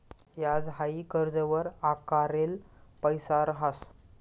याज हाई कर्जवर आकारेल पैसा रहास